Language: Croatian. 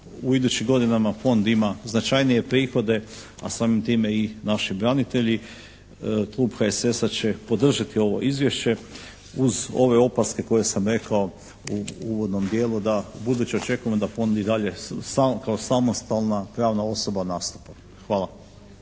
u idućim godinama Fond ima značajnije prihode, a samim time i naši branitelji. Klub HSS-a će podržati ovo izvješće, uz ove opaske koje sam rekao u onom dijelu da ubuduće očekujemo da Fond i dalje kao samostalna pravna osoba nastupa. Hvala.